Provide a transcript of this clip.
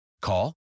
Call